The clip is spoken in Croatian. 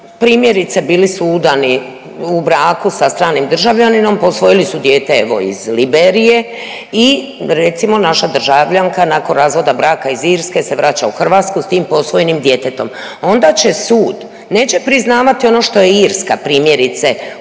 primjerice bili su udani u braku sa stranim državljaninom, posvojili su dijete evo iz Liberije i recimo naša državljanka nakon razvoda braka iz Irske se vraća u Hrvatsku s tim posvojenim djetetom. Ona će sud, neće priznavati ono što je Irska primjerice